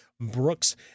Brooks